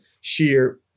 sheer